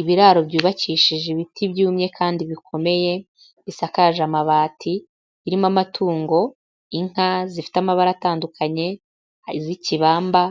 Ibiraro byubakishije ibiti byumye kandi bikomeye, bisakaje amabati, birimo amatungo, inka zifite amabara atandukanye, hari iz'ikibamba,